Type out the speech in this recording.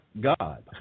God